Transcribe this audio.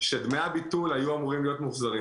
שדמי הביטול היו אמורים להיות מוחזרים